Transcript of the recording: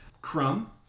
Crumb